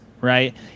right